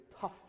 tough